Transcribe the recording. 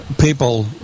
People